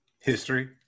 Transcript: history